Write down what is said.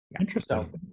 Interesting